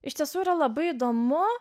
iš tiesų yra labai įdomu